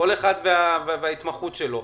כל אחד וההתמחות שלו,